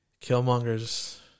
Killmonger's